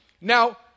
Now